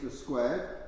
squared